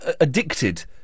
addicted